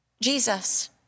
Jesus